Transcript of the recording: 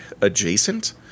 adjacent